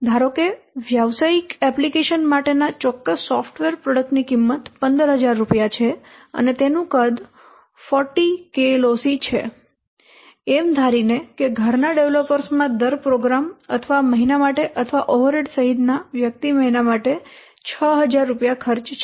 ધારો કે વ્યવસાયિક એપ્લિકેશન માટેના ચોક્કસ સોફ્ટવેર પ્રોડક્ટની કિંમત 15000 રૂપિયા છે અને તેનું કદ 40 KLOC છે એમ ધારીને કે ઘરના ડેવલપર્સ માં દર પ્રોગ્રામ અથવા મહિના માટે અથવા ઓવરહેડ સહિતના વ્યક્તિ મહિના માટે 6000 રૂપિયા ખર્ચ છે